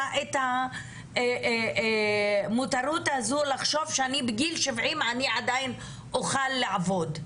את המותרות לחשוב שבגיל 70 היא עדיין תוכל לעבוד.